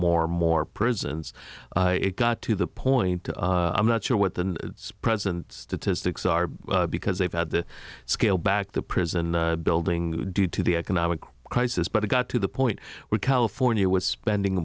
more more prisons it got to the point i'm not sure what the present statistics are because they've had to scale back the prison building due to the economic crisis but it got to the point where california was spending